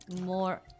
more